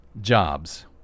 jobs